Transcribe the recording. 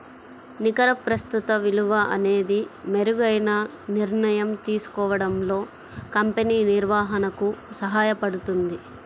నికర ప్రస్తుత విలువ అనేది మెరుగైన నిర్ణయం తీసుకోవడంలో కంపెనీ నిర్వహణకు సహాయపడుతుంది